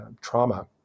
trauma